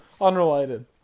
Unrelated